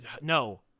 no